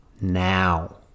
now